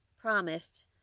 promised